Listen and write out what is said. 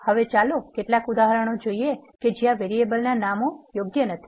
હવે ચાલો કેટલાક ઉદાહરણો જોઈએ કે જ્યાં વેરીએબલ નામો યોગ્ય નથી